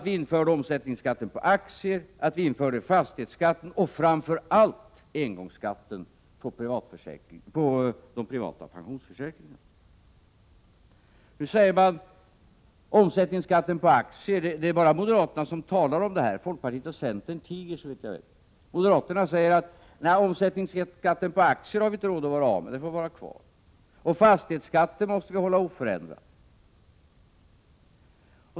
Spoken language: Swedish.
Ni införde omsättningsskatten på aktier, ni införde fastighetsskatten och främst införde ni engångsskatten på de privata pensionsförsäkringarna. Det är bara moderaterna som talar om det här. Folkpartisterna och centerpartisterna tiger, såvitt jag kan finna. Moderaterna säger: Nej, omsättningsskatten på aktier har vi inte råd att vara av med, den får vara kvar, och fastighetsskatten måste vi behålla oförändrad.